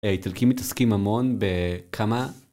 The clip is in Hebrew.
האיטלקים מתעסקים המון בכמה...